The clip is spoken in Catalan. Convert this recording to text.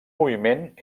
moviment